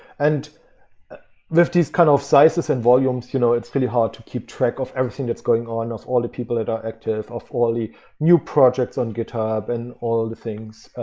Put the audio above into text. and with this kind of sizes and volumes, you know it's really hard to keep track of everything that's going on, with all the people that are active, of all the new projects on github, and all the things